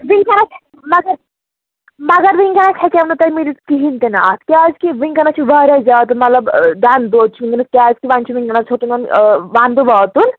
وُنکٮ۪نَس مگر مگر وُنکٮ۪نَس ہٮ۪کِو نہٕ تۅہہِ میٖلِتھ کِہیٖنٛۍ تہِ نہٕ اَتھ کیٛازِ کہِ ؤنکٮ۪نَس چھِ واریاہ زیادٕ مطلب دَنٛد دود چھُ ؤنکٮ۪نَس کیٛازِکہِ وۅنۍ چھِ وُنکٮ۪نَس ہیوٚتُن وَنٛدٕ واتُن